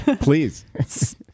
Please